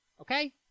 Okay